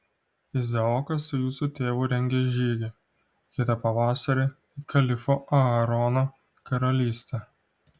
izaokas su jūsų tėvu rengia žygį kitą pavasarį į kalifo aarono karalystę